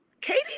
Katie